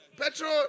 petrol